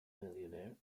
millionaire